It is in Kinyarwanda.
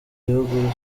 gihugu